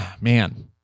man